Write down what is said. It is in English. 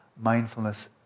mindfulness